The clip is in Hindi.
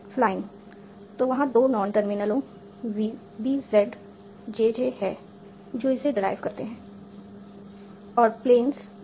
फ्लाइंग तो वहां दो नॉन टर्मिनलों VBZ JJ हैं जो इसे डेराईव करते हैं और प्लेन्स NNS